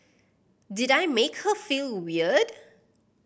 did I make her feel weird